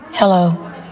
Hello